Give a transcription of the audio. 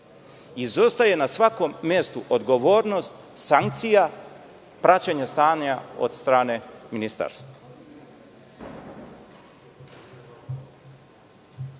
izostaje na svakom mestu odgovornost sankcija praćenja stanja od strane Ministarstva. Gospodin